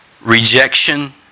rejection